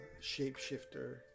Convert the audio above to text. shapeshifter